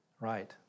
Right